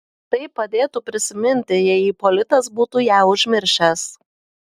tai padėtų prisiminti jei ipolitas būtų ją užmiršęs